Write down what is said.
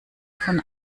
von